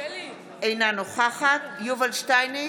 אינו נוכחת יובל שטייניץ,